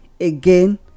again